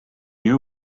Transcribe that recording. you